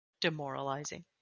Demoralizing